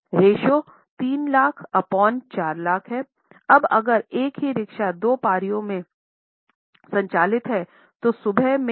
ratio 3 lakh upon 4 lakh है अब अगर एक ही रिक्शा 2 पारियों में संचालित है तो सुबह में 1000 दोपहर में 1000